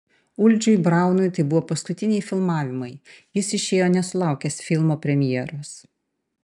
uldžiui braunui tai buvo paskutiniai filmavimai jis išėjo nesulaukęs filmo premjeros